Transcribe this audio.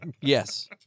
Yes